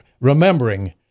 remembering